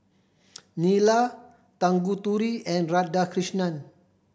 Neila Tanguturi and Radhakrishnan